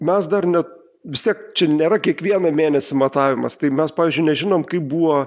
mes dar ne vis tiek čia nėra kiekvieną mėnesį matavimas tai mes pavyzdžiui nežinom kaip buvo